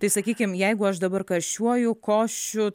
tai sakykim jeigu aš dabar karščiuoju kosčiu